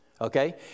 Okay